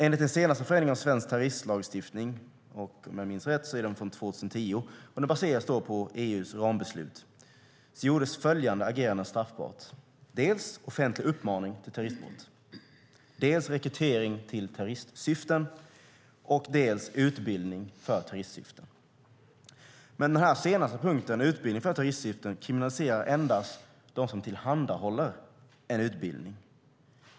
Enligt den senaste förändringen av svensk terroristlagstiftning - om jag minns rätt är den från 2010 - som baseras på EU:s rambeslut gjordes följande agerande straffbart: dels offentlig uppmaning till terroristbrott, dels rekrytering till terroristsyften, dels utbildning för terroristsyften. Men den senaste punkten, utbildning för terroristsyften, kriminaliserar endast dem som tillhandahåller en utbildning.